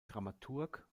dramaturg